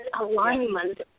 alignment